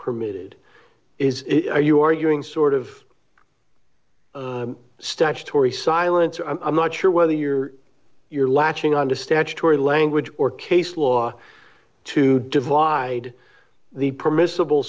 permitted is it are you arguing sort of statutory silence or i'm not sure whether you're you're latching on to statutory language or case law to divide the permissible